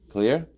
Clear